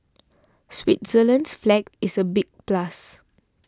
Switzerland's flag is a big plus